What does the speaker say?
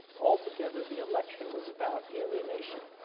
altogether the election was about alienation.